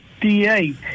DA